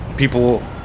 people